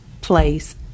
place